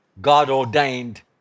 God-ordained